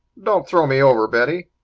don't throw me over, betty,